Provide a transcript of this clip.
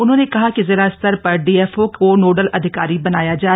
उन्होंने कहा कि जिलास्तर पर डीएफओ को नोडल अधिकारी बनाया जाए